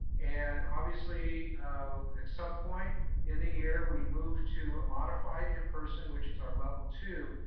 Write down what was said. and obviously at some point in the year we move to a modified in person, which is our level two,